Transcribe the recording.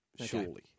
surely